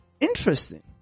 Interesting